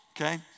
okay